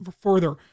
further